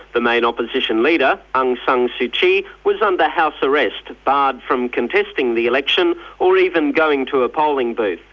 the main opposition leader, um so aung san suu kyi was under house arrest, barred from contesting the election, or even going to a polling booth.